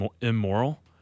immoral